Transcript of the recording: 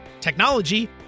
technology